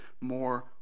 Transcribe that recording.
more